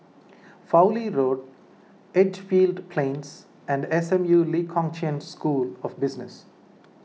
Fowlie Road Edgefield Plains and S M U Lee Kong Chian School of Business